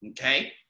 okay